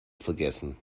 vergessen